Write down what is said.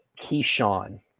Keyshawn